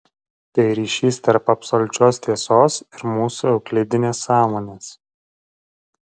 tai ryšys tarp absoliučios tiesos ir mūsų euklidinės sąmonės